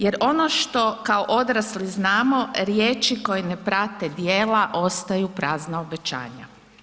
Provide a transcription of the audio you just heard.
Jer ono što kao odrasli znamo, riječi koje ne prate djela ostaju prazna obećanja.